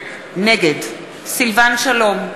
נגד סילבן שלום,